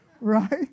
right